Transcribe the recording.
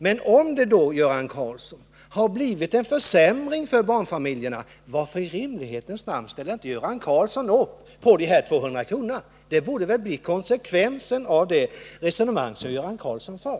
Men om det då, Göran Karlsson, har blivit en försämring för barnfamiljerna, varför i rimlighetens namn ställer inte Göran Karlsson upp bakom höjningen med de här 200 kronorna? Det borde bli konsekvensen av det resonemang som Göran Karlsson för.